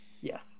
Yes